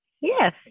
Yes